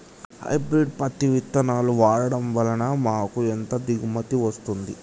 Hybrid పత్తి విత్తనాలు వాడడం వలన మాకు ఎంత దిగుమతి వస్తుంది?